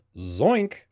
Zoink